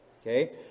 Okay